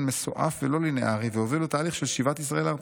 מסועף ולא ליניארי והובילו תהליך של שיבת ישראל לארצו.